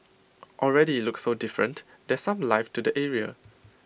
already IT looks so different there's some life to the area